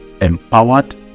empowered